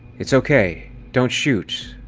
it's okay, don't shoot!